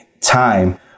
time